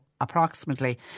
approximately